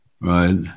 Right